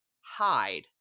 hide